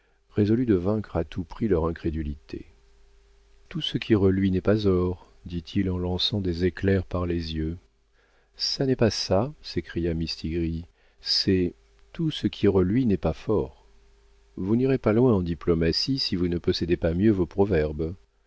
résolut de vaincre à tout prix leur incrédulité tout ce qui reluit n'est pas or dit-il en lançant des éclairs par les yeux ça n'est pas ça s'écria mistigris c'est tout ce qui reluit n'est pas fort vous n'irez pas loin en diplomatie si vous ne possédez pas mieux vos proverbes